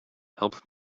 help